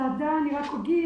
אני רק אגיד